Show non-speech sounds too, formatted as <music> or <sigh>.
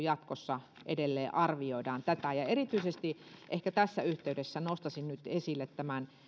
<unintelligible> jatkossa edelleen arvioidaan tätä ja erityisesti ehkä tässä yhteydessä nostaisin nyt esille tämän